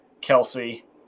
Kelsey